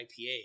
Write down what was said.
IPA